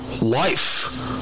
life